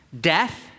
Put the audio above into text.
death